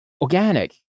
organic